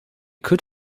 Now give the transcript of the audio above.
could